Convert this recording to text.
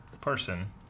person